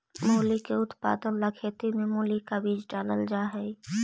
मूली के उत्पादन ला खेत में मूली का बीज डालल जा हई